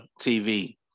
TV